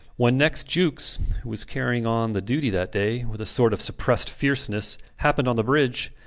when next jukes, who was carrying on the duty that day with a sort of suppressed fierceness, happened on the bridge,